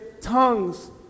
tongues